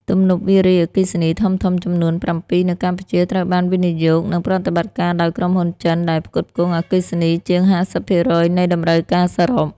ទំនប់វារីអគ្គិសនីធំៗចំនួន ៧ នៅកម្ពុជាត្រូវបានវិនិយោគ និងប្រតិបត្តិការដោយក្រុមហ៊ុនចិន ដែលផ្គត់ផ្គង់អគ្គិសនីជាង ៥០% នៃតម្រូវការសរុប។